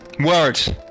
words